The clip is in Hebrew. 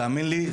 תאמין לי,